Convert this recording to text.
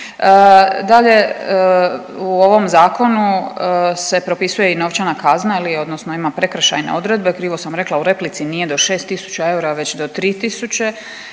Dalje u ovom zakonu se propisuje i novčana kazna, odnosno ima prekršajne odredbe, krivo sam rekla u replici nije do 6000 eura već do 3000